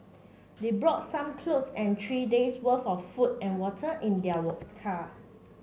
they brought some clothes and three days' worth of food and water in their car